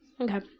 Okay